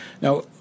Now